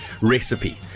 recipe